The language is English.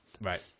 Right